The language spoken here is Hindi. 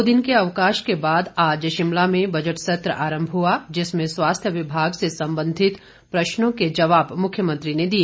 दो दिन के अवकाश के बाद आज शिमला में बजट सत्र आरंभ हुआ जिसमें स्वास्थ्य विभाग से संबंधित प्रश्नों के जवाब मुख्यमंत्री ने दिए